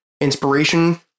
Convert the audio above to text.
inspiration